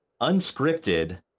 unscripted